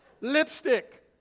Lipstick